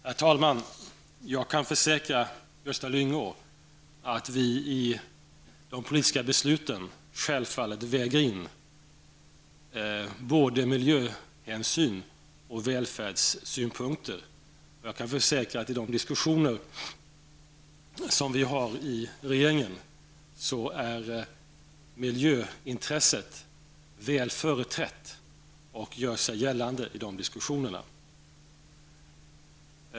Herr talman! Jag kan försäkra Gösta Lyngå att vi i de politiska besluten självfallet väger in både miljöhänsynen och välfärdssynpunkterna. Jag kan försäkra att miljöintresset i de diskussioner som vi för i regeringen är väl företrätt och gör sig gällande där.